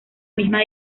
misma